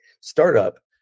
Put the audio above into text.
startup